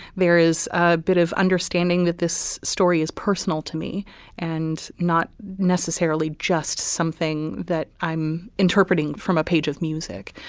there is a bit of understanding that this story is personal to me and not necessarily just something that i'm interpreting from a page of music.